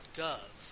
.gov